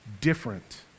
different